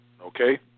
Okay